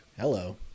hello